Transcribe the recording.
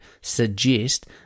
suggest